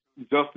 Justice